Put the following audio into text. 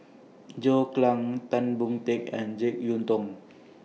John Clang Tan Boon Teik and Jek Yeun Thong